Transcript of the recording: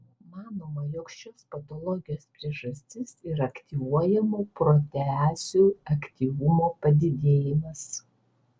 manoma jog šios patologijos priežastis yra aktyvuojamų proteazių aktyvumo padidėjimas